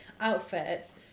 outfits